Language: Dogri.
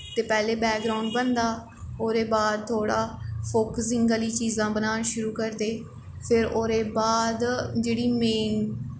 ते पैह्ले बैकग्राउंड बनदा ओह्दे बाद थोह्ड़ा फोक्स इ'यै जेहियां चीज़ां बनाना शुरू करदे फिर ओह्दे बाद जेह्ड़ी मेन